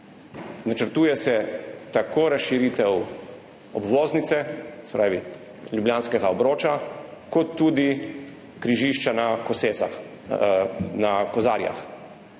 Načrtuje se tako razširitev obvoznice, se pravi ljubljanskega obroča, kot tudi križišča v Kozarjah.